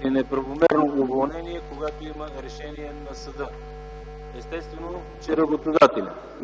при неправомерно уволнение, когато има решение на съда. Естествено, че работодателят.